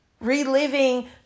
reliving